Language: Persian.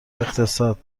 اقتصاد